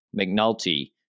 McNulty